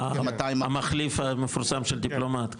המחליף המפורסם של דיפלומט.